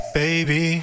baby